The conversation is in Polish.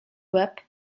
łeb